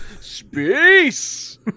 Space